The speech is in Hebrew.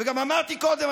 וגם אמרתי קודם,